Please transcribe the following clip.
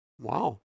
wow